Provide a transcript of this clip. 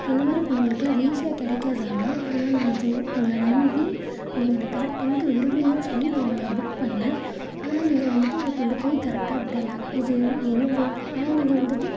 என்னை மாதிரி பொண்ணுங்களுக்குலாம் அது ஈஸியாக கிடைக்காது அண்ணா ஆனால் நான் அது உங்களை நம்பி நீங்கள் என்னை கரெக்ட் டைமுக்கு விடுவிங்கன்னு சொல்லி நான் உங்களை புக் பண்ணேன் ஆனால் நீங்கள் வந்துட்டு என்னை கொண்டு போய் கரெக்டாக விடலை இது என்னது ஆனால் நீங்கள் வந்துட்டு